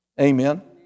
Amen